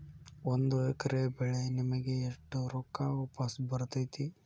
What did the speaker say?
ಒಂದು ಎಕರೆ ಬೆಳೆ ವಿಮೆಗೆ ಎಷ್ಟ ರೊಕ್ಕ ವಾಪಸ್ ಬರತೇತಿ?